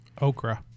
Okra